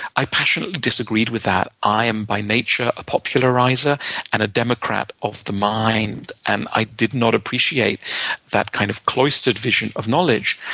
i passionately disagreed with that. i am by nature a popularizer and a democrat of the mind, and i did not appreciate that kind of cloistered vision of knowledge.